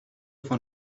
von